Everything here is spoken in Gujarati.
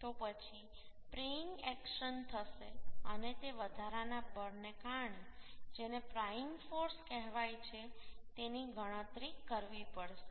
તો પછી પ્રીઇંગ એક્શન થશે અને તે વધારાના બળને કારણે જેને પ્રાઇંગ ફોર્સ કહેવાય છે તેની ગણતરી કરવી પડશે